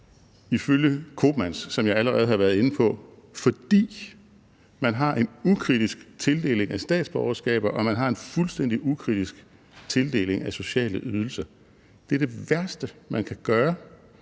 ifølge Koopmans, som jeg allerede har været inde på, fordi man har en ukritisk tildeling af statsborgerskaber og man har en fuldstændig ukritisk tildeling af sociale ydelser. Det er det værste, man kan gøre